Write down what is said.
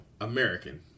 american